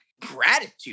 Gratitude